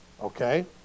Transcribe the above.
okay